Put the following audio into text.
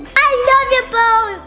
i love your bow.